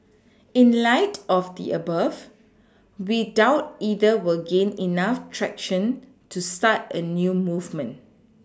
in light of the above we doubt either will gain enough traction to start a new movement